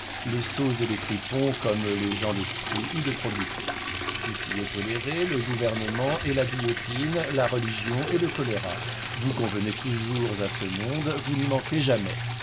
les sots et les fripons comme les gens d'esprit ou de probité tout y est toléré le gouvernement et la guillotine la religion et le choléra vous convenez toujours à ce monde vous n'y manquez jamais